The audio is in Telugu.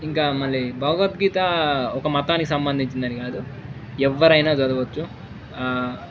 ఇంకా మళ్ళీ భగవద్గీత ఒక మతానికి సంబంధించినది కాదు ఎవ్వరైనా చదవచ్చు